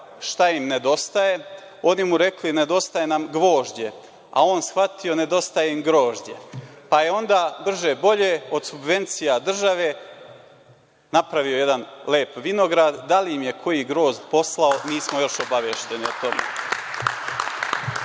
šta im nedostaje, oni mu rekli - nedostaje nam gvožđe, a on shvatio nedostaje im grožđe. Pa, je onda brže bolje od subvencija države napravio jedan lep vinograd. Da li im je koji grozd poslao, nismo još obavešteni o tome. Ovde